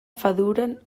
faduran